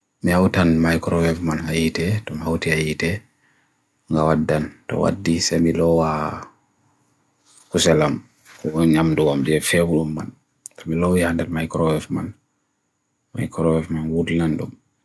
Hol ko yowere?